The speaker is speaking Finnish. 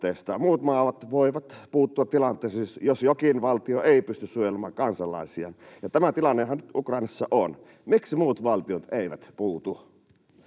Muut maat voivat puuttua tilanteeseen, jos jokin valtio ei pysty suojelemaan kansalaisiaan, ja tämä tilannehan nyt Ukrainassa on. Miksi muut valtiot eivät puutu?